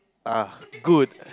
ah good